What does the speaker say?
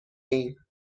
ایم